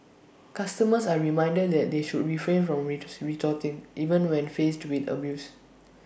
customers are reminded that they should refrain from retort retorting even when faced with abuse